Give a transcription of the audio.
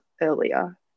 earlier